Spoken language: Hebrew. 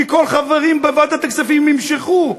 כי כל החברים בוועדת הכספים ימשכו.